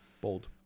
bold